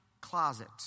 closet